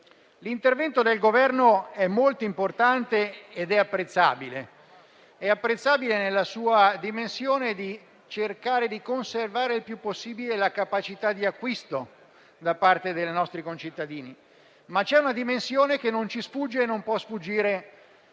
L'intervento del Governo è molto importante ed è apprezzabile nella sua dimensione volta a cercare di conservare il più possibile la capacità di acquisto dei nostri concittadini, ma c'è una dimensione che non può sfuggire